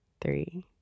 three